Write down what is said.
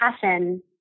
passion